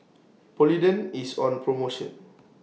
Polident IS on promotion